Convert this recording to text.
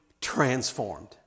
transformed